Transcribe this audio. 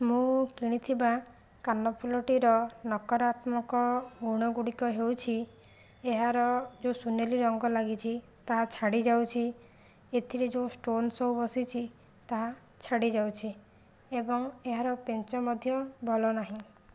ମୁଁ କିଣିଥିବା କାନ ଫୁଲଟିର ନକରାତ୍ମକ ଗୁଣ ଗୁଡ଼ିକ ହେଉଛି ଏହାର ଯେଉଁ ସୁନେଲି ରଙ୍ଗ ଲାଗିଛି ତାହା ଛାଡ଼ିଯାଉଛି ଏଥିରେ ଯେଉଁ ଷ୍ଟୋନ ସବୁ ବସିଛି ତାହା ଛାଡ଼ିଯାଉଛି ଏବଂ ଏହାର ପେଞ୍ଚ ମଧ୍ୟ ଭଲ ନାହିଁ